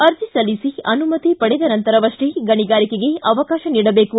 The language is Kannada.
ಅರ್ಜಿ ಸಲ್ಲಿಸಿ ಅನುಮತಿ ಪಡೆದ ನಂತರವಷ್ಟೇ ಗಣಿಗಾರಿಕೆಗೆ ಅವಕಾಶ ನೀಡಬೇಕು